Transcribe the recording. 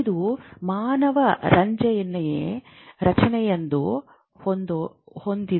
ಇದು ಮಾನವರಂತೆಯೇ ರಚನೆಯನ್ನು ಹೊಂದಿದೆ